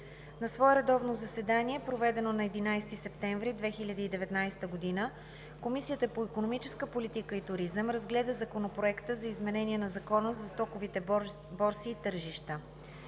На свое редовно заседание, проведено на 11 септември 2019 г., Комисията по икономическа политика и туризъм разгледа Законопроекта за изменение на Закона за стоковите борси и тържищата.